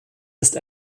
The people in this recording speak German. ist